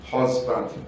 Husband